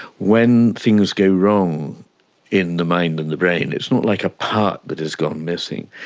when things go wrong in the mind and the brain, it's not like a part that has gone missing.